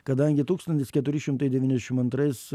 kadangi tūkstantis keturi šimtai devyniasdešim antrais